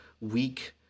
weak